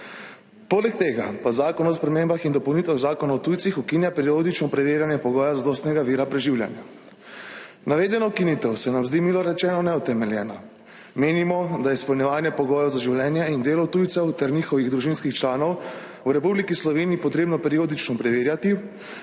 Poleg tega pa Zakon o spremembah in dopolnitvah Zakona o tujcih ukinja periodično preverjanje pogojev zadostnega vira preživljanja. Navedena ukinitev se nam zdi milo rečeno neutemeljena. Menimo, da je izpolnjevanje pogojev za življenje in delo tujcev ter njihovih družinskih članov v Republiki Sloveniji potrebno periodično preverjati,